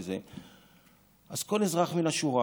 ועוקבים אחריי, וזה, אז כל אזרח מן השורה